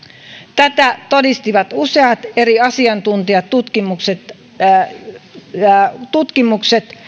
tätä todistivat useat eri asiantuntijat ja tutkimukset